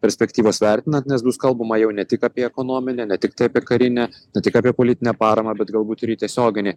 perspektyvos vertinant nes bus kalbama jau ne tik apie ekonominę ne tiktai apie karinę ne tik apie politinę paramą bet galbūt ir į tiesioginį